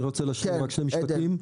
אני רוצה להשלים עוד שני משפטים,